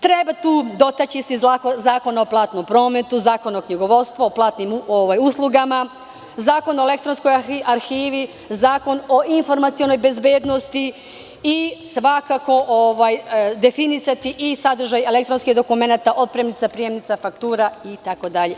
Treba se tu dotaći i Zakona o platnom prometu, Zakona o knjigovodstvu, o platnim uslugama, Zakona o elektronskoj arhivi, Zakona o informacionoj bezbednosti i svakako definisati i sadržaj elektronskih dokumenata, otpremnica, prijemnica, faktura itd.